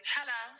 Hello